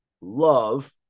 love